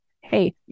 Hey